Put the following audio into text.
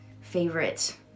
favorite